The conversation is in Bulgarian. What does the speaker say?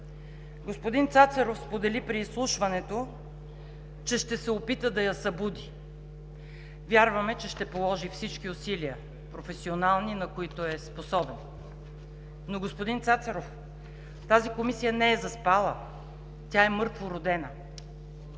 Господин Цацаров сподели при изслушването, че ще се опита да я събуди. Вярваме, че ще положи всички професионални усилия, на които е способен. Но господин Цацаров, тази комисия не е заспала – тя е мъртво родена.